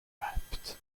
wrapped